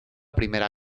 primera